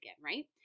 right